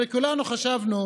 הרי כולנו חשבנו